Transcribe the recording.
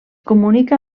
comunica